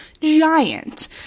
giant